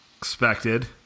expected